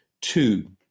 Two